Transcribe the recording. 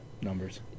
numbers